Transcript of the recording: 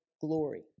glory